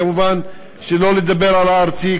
כמובן לא לדבר על הארצי,